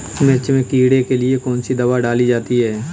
मिर्च में कीड़ों के लिए कौनसी दावा डाली जाती है?